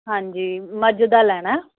ਹਾਂਜੀ ਮੱਝ ਦਾ ਲੈਣਾ